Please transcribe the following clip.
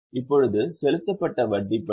இப்போது செலுத்தப்பட்ட வட்டி பற்றி